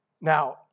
Now